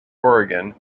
oregon